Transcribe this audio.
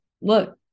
look